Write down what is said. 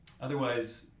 Otherwise